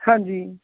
ਹਾਂਜੀ